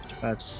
five